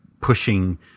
pushing